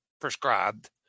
prescribed